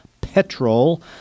petrol